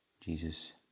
Jesus